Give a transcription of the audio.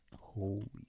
Holy